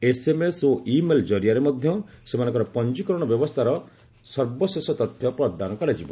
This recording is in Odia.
ଏସ୍ଏମ୍ଏସ୍ ଓ ଇ ମେଲ୍ ଜରିଆରେ ମଧ୍ୟ ସେମାନଙ୍କର ପଞ୍ଜୀକରଣ ବ୍ୟବସ୍ଥାର ସର୍ବଶେଷ ତଥ୍ୟ ପ୍ରଦାନ କରାଯିବ